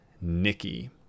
Nikki